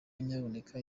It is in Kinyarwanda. nyabuneka